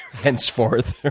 hence forth.